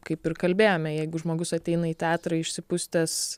kaip ir kalbėjome jeigu žmogus ateina į teatrą išsipustęs